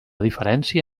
diferència